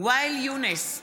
ואאל יונס,